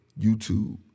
YouTube